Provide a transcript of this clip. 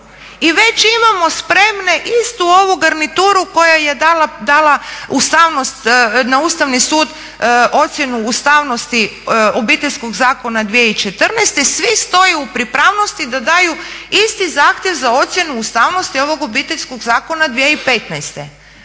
i već imamo spremne istu ovu garnituru koja je dala ustavnost na Ustavni sud ocjenu ustavnosti Obiteljskog zakona 2014.svi stoje u pripravnosti da daju isti zahtjev za ocjenu ustavnosti ovog Obiteljskog zakona 2015.